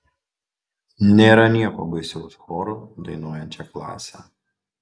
nėra nieko baisiau už choru dainuojančią klasę